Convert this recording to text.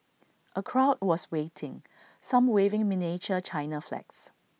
A crowd was waiting some waving miniature China flags